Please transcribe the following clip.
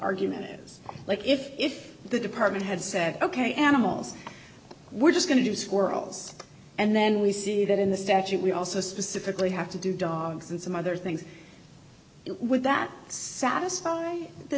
argument is like if if the department had said ok animals we're just going to do squirrels and then we see that in the statute we also specifically have to do dogs and some other things would that satisfy the